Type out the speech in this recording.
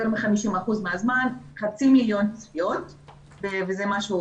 יותר מ-50% מהזמן חצי מיליון צפיות וזה משהו